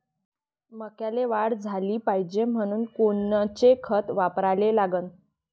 मक्याले वाढ झाली पाहिजे म्हनून कोनचे खतं वापराले लागन?